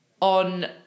on